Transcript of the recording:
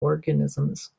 organisms